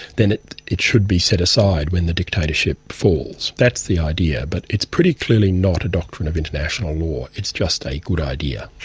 then it it should be set aside when the dictatorship falls. that's the idea, but it's pretty clearly not a doctrine of international law, it's just a good idea.